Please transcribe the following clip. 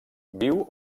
viu